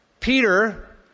Peter